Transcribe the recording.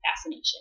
fascination